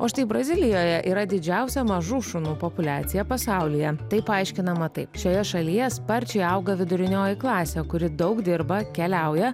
o štai brazilijoje yra didžiausia mažų šunų populiacija pasaulyje tai paaiškinama taip šioje šalyje sparčiai auga vidurinioji klasė kuri daug dirba keliauja